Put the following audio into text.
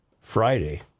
Friday